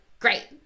Great